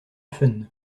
fun